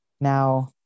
now